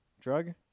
Drug